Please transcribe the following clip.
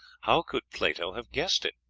how could plato have guessed it?